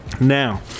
Now